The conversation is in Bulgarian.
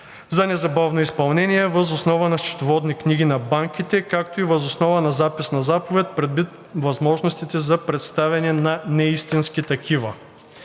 за незабавно изпълнение въз основа на счетоводни книги на банките, както и въз основа на запис на заповед, предвид възможността за представяне на неистински такива.